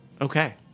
Okay